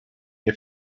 nie